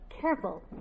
careful